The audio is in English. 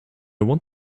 want